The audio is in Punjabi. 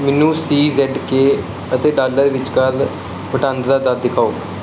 ਮੈਨੂੰ ਸੀ ਜ਼ੇਡ ਕੇ ਅਤੇ ਡਾਲਰ ਵਿਚਕਾਰ ਵਟਾਂਦਰਾ ਦਰ ਦਿਖਾਓ